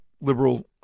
liberal